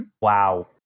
Wow